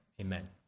amen